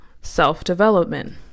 self-development